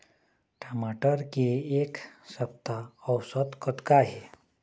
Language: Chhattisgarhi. टमाटर के एक सप्ता औसत कतका हे?